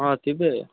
ହଁ କେବେ